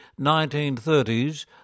1930s